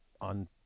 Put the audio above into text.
on